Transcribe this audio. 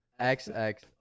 XX